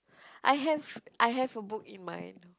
I have I have a book in mind